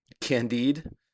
Candide